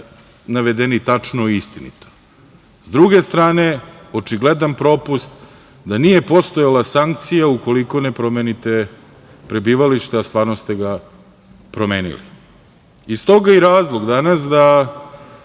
navedeni tačno i istinito. S druge strane, očigledan propust je da nije postojala sankcija ukoliko ne promenite prebivalište, a stvarno ste ga promenili. I stoga je razlog danas da